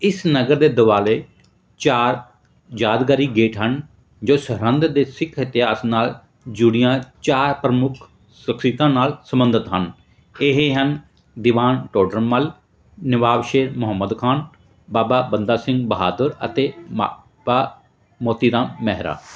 ਇਸ ਨਗਰ ਦੇ ਦੁਆਲੇ ਚਾਰ ਯਾਦਗਾਰੀ ਗੇਟ ਹਨ ਜੋ ਸਰਹਿੰਦ ਦੇ ਸਿੱਖ ਇਤਿਹਾਸ ਨਾਲ ਜੁੜੀਆਂ ਚਾਰ ਪ੍ਰਮੁੱਖ ਸ਼ਖਸੀਅਤਾਂ ਨਾਲ ਸੰਬੰਧਿਤ ਹਨ ਇਹ ਹਨ ਦੀਵਾਨ ਟੋਡਰਮੱਲ ਨਵਾਬ ਸ਼ੇਰ ਮੁਹੰਮਦ ਖਾਂ ਬਾਬਾ ਬੰਦਾ ਸਿੰਘ ਬਹਾਦਰ ਅਤੇ ਬਾਬਾ ਮੋਤੀ ਰਾਮ ਮਹਿਰਾ